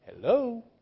Hello